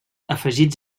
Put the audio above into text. afegits